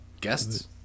Guests